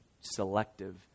selective